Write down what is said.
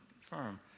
firm